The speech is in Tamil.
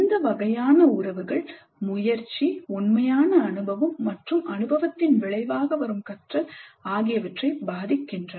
இந்த வகையான உறவுகள் முயற்சி உண்மையான அனுபவம் மற்றும் அனுபவத்தின் விளைவாக வரும் கற்றல் ஆகியவற்றை பாதிக்கின்றன